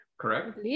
Correct